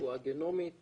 רפואה גנומית